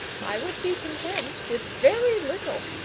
i would be content with very little,